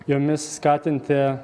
jomis skatinti